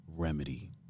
remedy